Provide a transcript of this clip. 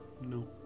No